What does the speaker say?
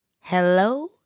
Hello